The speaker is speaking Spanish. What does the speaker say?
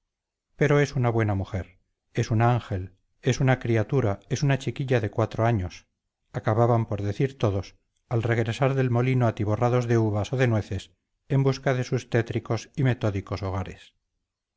pero es una buena mujer es un ángel es una criatura es una chiquilla de cuatro años acababan por decir todos al regresar del molino atiborrados de uvas o de nueces en busca de sus tétricos y metódicos hogares